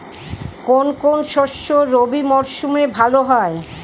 কোন কোন শস্য রবি মরশুমে ভালো হয়?